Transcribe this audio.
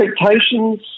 Expectations